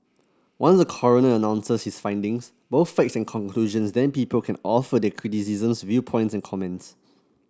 once the coroner announces his findings both facts and conclusions then people can offer their criticisms viewpoints comments